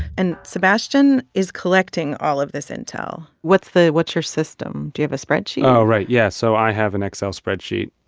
and sebastian is collecting all of this intel what's the what's your system? do you have a spreadsheet? oh, right. yeah, so i have an excel spreadsheet.